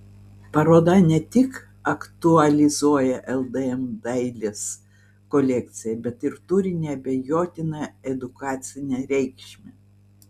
paroda ne tik aktualizuoja ldm dailės kolekciją bet ir turi neabejotiną edukacinę reikšmę